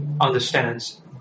understands